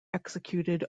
executed